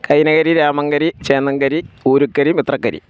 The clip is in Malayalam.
കൈനകിരി രാമങ്കരി ചേന്നങ്കരി ഊരുക്കരി മിത്രക്കരി